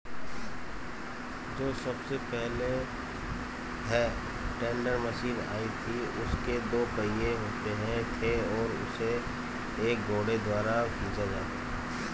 जो सबसे पहले हे टेडर मशीन आई थी उसके दो पहिये होते थे और उसे एक घोड़े द्वारा खीचा जाता था